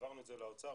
העברנו את זה לאוצר,